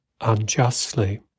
unjustly